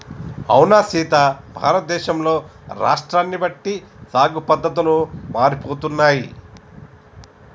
అవునా సీత భారతదేశంలో రాష్ట్రాన్ని బట్టి సాగు పద్దతులు మారిపోతున్నాయి